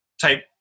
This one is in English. type